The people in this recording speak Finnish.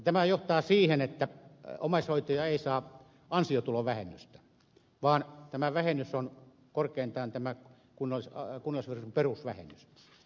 tämä johtaa siihen että omaishoitaja ei saa ansiotulovähennystä vaan tämä vähennys on korkeintaan kunnallisveron perusvähennys